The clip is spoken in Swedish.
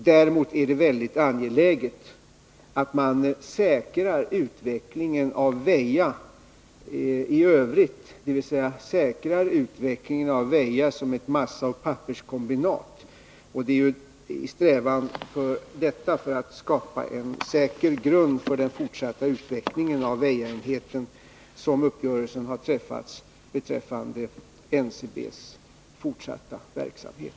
Däremot är det väldigt angeläget att säkra utvecklingen av Väja i övrigt, dvs. säkra utvecklingen av Väja som ett massaoch papperskombinat. Det är i strävan för detta och för att skapa en säker grund för den fortsatta utvecklingen av Väjaenheten som uppgörelsen har träffats beträffande NCB:s fortsatta verksamhet.